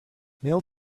male